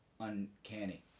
uncanny